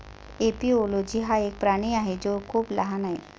एपिओलोजी हा एक प्राणी आहे जो खूप लहान आहे